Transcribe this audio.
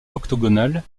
octogonal